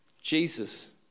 Jesus